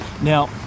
Now